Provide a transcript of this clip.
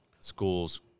schools